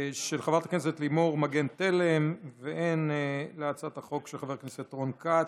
של חברת הכנסת לימור מגן תלם והן להצעת החוק של חבר הכנסת רון כץ,